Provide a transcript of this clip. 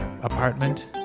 apartment